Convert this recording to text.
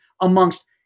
amongst